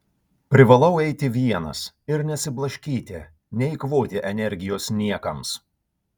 privalau eiti vienas ir nesiblaškyti neeikvoti energijos niekams